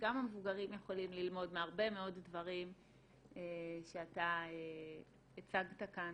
גם המבוגרים יכולים ללמוד מהרבה מאוד דברים שאתה הצגת כאן,